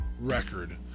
record